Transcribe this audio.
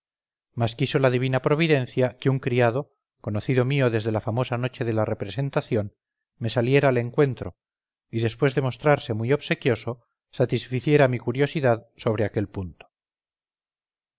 hallé mas quiso la divina providencia que un criado conocido mío desde la famosa noche de la representación me saliera al encuentro y después de mostrarse muy obsequioso satisficiera mi curiosidad sobre aquel punto